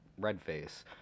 redface